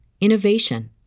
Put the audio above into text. innovation